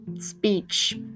speech